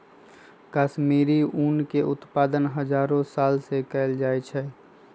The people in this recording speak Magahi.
कश्मीरी ऊन के उत्पादन हजारो साल से कएल जाइ छइ